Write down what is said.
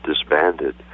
disbanded